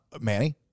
Manny